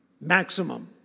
Maximum